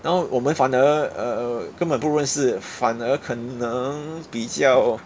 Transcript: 然后我们反而 uh 根本不认识反而可能比较